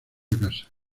casa